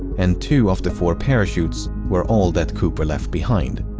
and two of the four parachutes were all that cooper left behind.